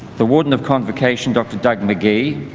the warden of convocation, dr. doug mcghie.